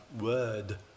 word